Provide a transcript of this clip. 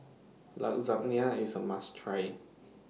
Lasagne IS A must Try